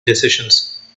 decisions